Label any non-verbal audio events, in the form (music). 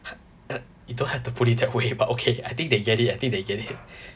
(breath) (coughs) you don't have to put it that way but okay I think they get it I think they get it